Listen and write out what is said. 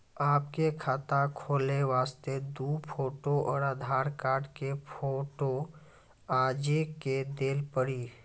आपके खाते खोले वास्ते दु फोटो और आधार कार्ड के फोटो आजे के देल पड़ी?